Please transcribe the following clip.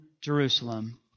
Jerusalem